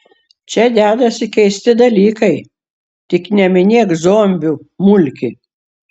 čia dedasi keisti dalykai tik neminėk zombių mulki